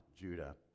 Judah